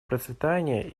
процветание